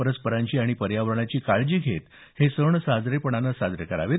परस्परांची आणि पर्यावरणाची काळजी घेत हे सण साधेपणाने साजरे करावेत